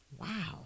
wow